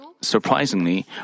surprisingly